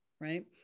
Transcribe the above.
right